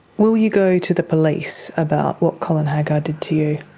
will you go to the police about what colin haggar did to you?